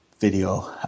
video